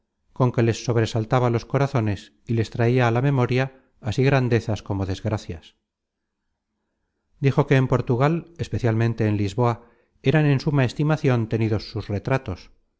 con que les sobresaltaba los corazones y les traia á la memoria así grandezas como desgracias dijo que en portugal especialmente en lisboa eran en suma estimacion tenidos sus retratos